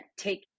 Take